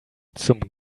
zum